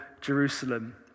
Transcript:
Jerusalem